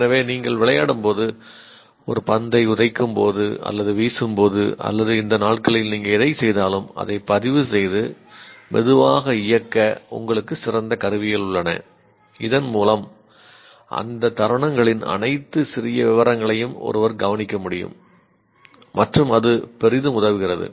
எனவே நீங்கள் விளையாடும்போது அல்லது ஒரு பந்தை உதைக்கும்போது அல்லது வீசும்போது அல்லது இந்த நாட்களில் நீங்கள் எதைச் செய்தாலும் அதைப் பதிவுசெய்து மெதுவாக இயக்க உங்களுக்கு சிறந்த கருவிகள் உள்ளன இதன்மூலம் அந்த தருணங்களின் அனைத்து சிறிய விவரங்களையும் ஒருவர் கவனிக்க முடியும் மற்றும் அது பெரிதும் உதவுகிறது